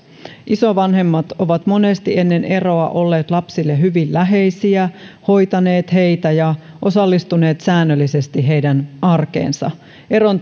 isovanhemmat ovat monesti ennen eroa olleet lapsille hyvin läheisiä hoitaneet heitä ja osallistuneet säännöllisesti heidän arkeensa eron